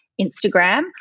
Instagram